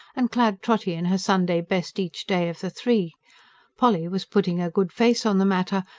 and clad trotty in her sunday best each day of the three polly was putting a good face on the matter,